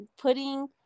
putting